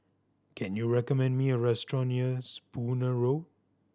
can you recommend me a restaurant near Spooner Road